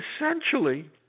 essentially